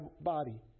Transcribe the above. body